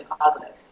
positive